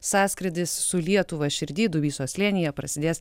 sąskrydis su lietuva širdy dubysos slėnyje prasidės